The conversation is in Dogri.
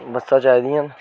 बस्सां चाहिदियां न